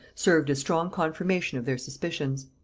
served as strong confirmation of their suspicions.